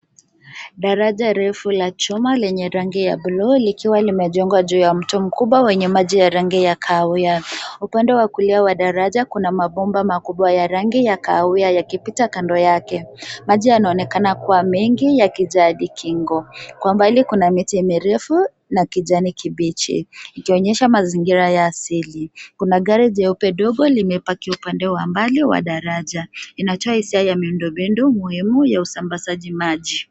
Daraja refu la chuma lenye rangi ya bluu likiwa limejengwa juu ya mto mkubwa wenye maji ya rangi ya kahawia. Upande wa kulia wa daraja kuna mabomba makubwa ya rangi ya kahawia yakipita kando yake. Maji yanaonekana kuwa mengi yakijaa hadi kingo. Kwa mbali kuna miti mirefu na kijani kibichi, ikionyesha mazingira ya asili. Kuna gari jeupe dogo limepaki upande wa mbali wa daraja. Inatoa hisia ya miundombinu muhimu ya usambazaji maji.